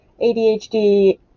ADHD